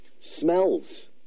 Smells